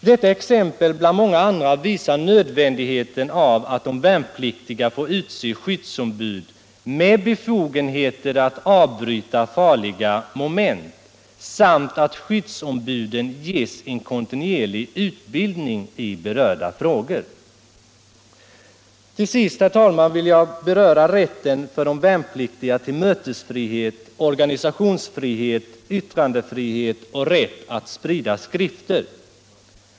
Detta exempel bland många andra visar nödvändigheten av att de värnpliktiga får utse skyddsombud med befogenheter att avbryta farliga moment, samt att skyddsombuden ges en kontinuerlig utbildning i berörda frågor. Till sist, herr talman, vill jag beröra rätten för de värnpliktiga till mötesfrihet, organisationsfrihet, yttrandefrihet och rätt att sprida skrifter.